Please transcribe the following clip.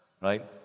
right